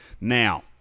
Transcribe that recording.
now